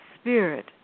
spirit